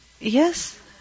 Yes